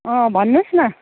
अँ भन्नुहोस् न